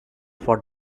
for